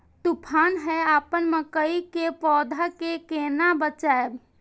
तुफान है अपन मकई के पौधा के केना बचायब?